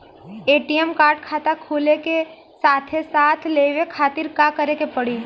ATM card खाता खुले के साथे साथ लेवे खातिर का करे के पड़ी?